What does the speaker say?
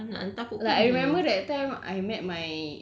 oh I know him sia nak saja takutkan ni